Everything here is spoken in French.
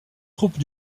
troupes